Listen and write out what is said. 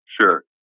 Sure